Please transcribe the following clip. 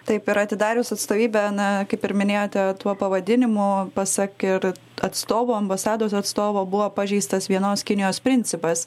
taip ir atidarius atstovybę na kaip ir minėjote tuo pavadinimu pasak ir atstovo ambasados atstovo buvo pažeistas vienos kinijos principas